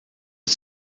het